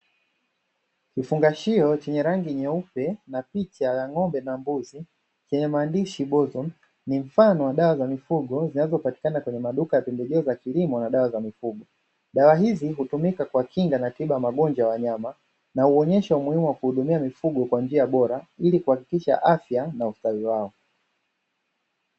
Kifungashio chenye rangi nyeupe, na picha ya ng'ombe na mbuzi, yenye maandishi "BOZON", ni mfano wa dawa za mifugo zinazopatikana kwenye maduka na pembejeo za kilimo na dawa za mifugo. Dawa hizi hutumika kwa kinga na tiba ya magonjwa ya wanyama na huonyesha umuhimu wa kuhudumia kwa njia bora ili kuhakikisha afya na ustawi wao.